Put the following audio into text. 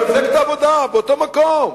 גם מפלגת העבודה באותו מקום.